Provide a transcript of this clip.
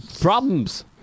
problems